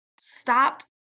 stopped